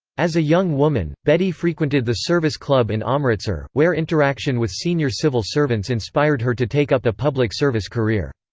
as a young woman, bedi frequented the service club in amritsar, where interaction with senior civil servants inspired her to take up a public service career.